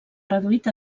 reduït